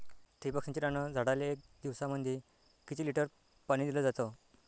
ठिबक सिंचनानं झाडाले एक दिवसामंदी किती लिटर पाणी दिलं जातं?